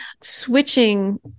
switching